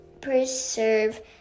preserve